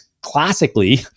classically